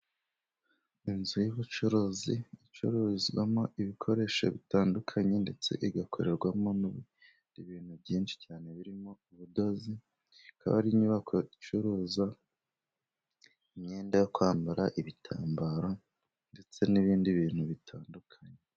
Inzu y'ubucuruzi icuruzwamo ibikoresho bitandukanye, ndetse igakorerwamo n'ibindi bintu byinshi cyane birimo ubudozi, ikaba ari inyubako icuruza imyenda yo kwambara, ibitambaro ndetse n'ibindi bintu bitandukanye.